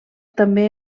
també